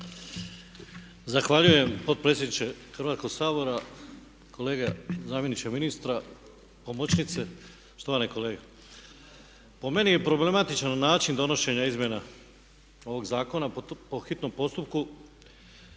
Zahvaljujem potpredsjedniče Hrvatskog sabora, kolega zamjeniče ministra, pomoćnice, štovane kolege. Po meni je problematičan način donošenja izmjena ovog zakona po hitnom postupku